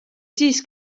siis